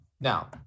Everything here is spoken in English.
Now